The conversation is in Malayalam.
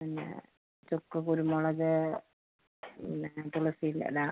പിന്നെ ചുക്ക് കുരുമുളക് പിന്നെ തുളസിയുടെ ഇല